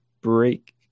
break